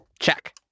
Check